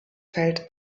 feld